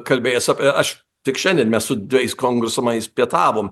kalbėjęs apie aš tik šiandien mes su dvejais kongresamais pietavom